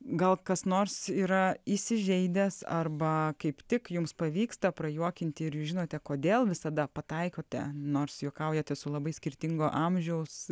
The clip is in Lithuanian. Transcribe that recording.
gal kas nors yra įsižeidęs arba kaip tik jums pavyksta prajuokinti ir jūs žinote kodėl visada pataikote nors juokaujate su labai skirtingo amžiaus